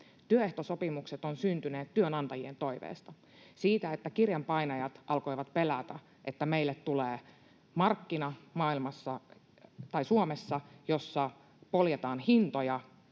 Työehtosopimukset ovat syntyneet työnantajien toiveista, siitä, että kirjanpainajat alkoivat pelätä, että meille tulee Suomessa markkina, jossa poljetaan hintoja,